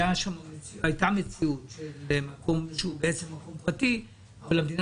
הייתה מציאות של מקום פרטי אבל המדינה